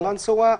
קלנסווה,